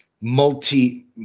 multi